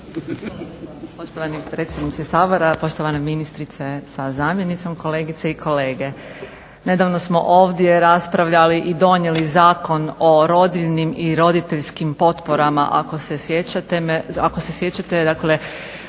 Poštovani predsjedniče Sabora, poštovana ministrice sa zamjenicom, kolegice i kolege. Nedavno smo ovdje raspravljali i donijeli Zakon o rodiljnim i roditeljskim potporama ako se sjećate dakle